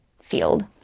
field